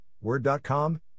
word.com